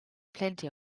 plenty